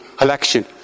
election